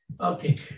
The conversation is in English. Okay